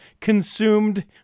consumed